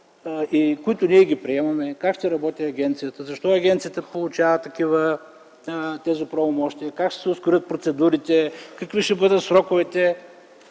които ние приемаме: как ще работи агенцията, защо тя получава тези правомощия, как ще се ускорят процедурите, какви ще бъдат сроковете